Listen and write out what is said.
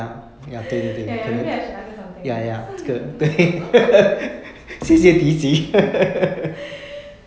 ya ya maybe I should ask you something else